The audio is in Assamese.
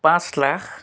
পাঁচ লাখ